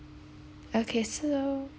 okay so